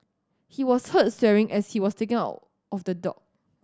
he was heard swearing as he was taken out of the dock